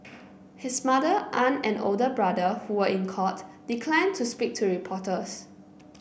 his mother aunt and older brother who were in court declined to speak to reporters